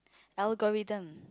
algorithm